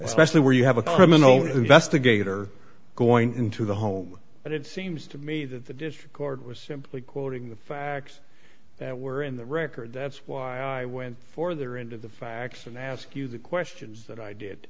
especially when you have a criminal investigator going into the home but it seems to me that the district court was simply quoting the facts that were in the record that's why i went for their end of the facts and ask you the questions that i did